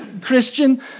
Christian